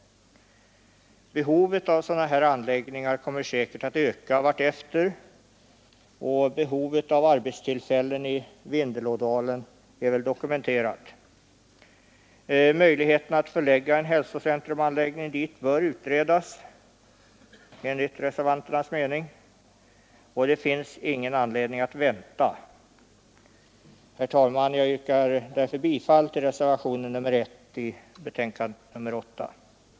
Behovet av sådana här anläggningar kommer säkert att öka vartefter, och behovet av arbetstillfällen i Vindelådalen är dokumenterat. Möjligheten att förlägga en hälsocentrumanläggning dit bör utredas, enligt reservanternas mening, och det finns ingen anledning att vänta. Herr talman! Jag kommer att yrka bifall till reservationen 1 i betänkandet nr 8.